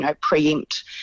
preempt